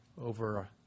over